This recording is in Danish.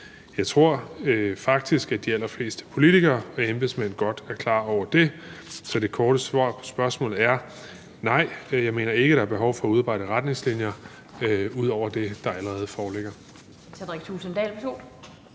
Jeg tror faktisk, at de allerfleste politikere og embedsmænd godt er klar over det. Så det korte svar på spørgsmålet er: Nej, jeg mener ikke, der er behov for at udarbejde retningslinjer ud over det, der allerede foreligger.